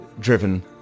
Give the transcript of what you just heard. Driven